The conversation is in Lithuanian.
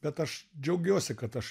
bet aš džiaugiuosi kad aš